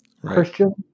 Christian